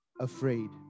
afraid